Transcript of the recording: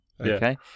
okay